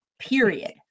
period